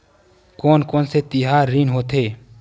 कोन कौन से तिहार ऋण होथे?